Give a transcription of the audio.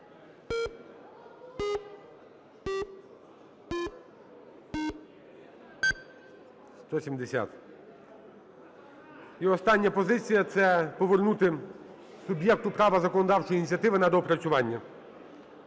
І остання позиція – це повернути суб’єкту права законодавчої ініціативи на доопрацювання.